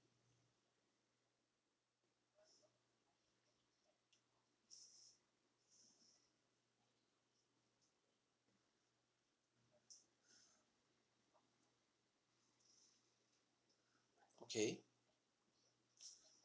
okay